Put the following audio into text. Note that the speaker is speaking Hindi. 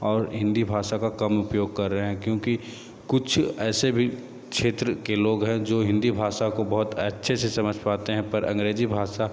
और हिंदी भाषा का कम उपयोग कर रहे हैं क्योंकि कुछ ऐसे भी क्षेत्र के लोग हैं जो हिंदी भाषा को बहुत अच्छे से समझ पाते हैं पर अंग्रेजी भाषा